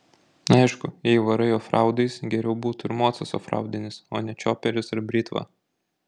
aišku jei varai ofraudais geriau būtų ir mocas ofraudinis o ne čioperis ar britva